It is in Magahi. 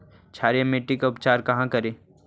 क्षारीय मिट्टी के उपचार कहा करी?